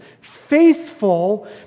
Faithful